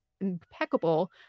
impeccable